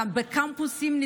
נתקלתי בקמפוסים,